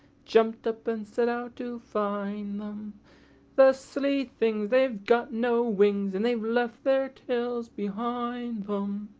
jump'd up and set out to find them the silly things, they've got no wings, and they've left their trails behind them